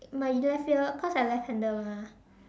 my left ear cause I left hander mah